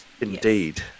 Indeed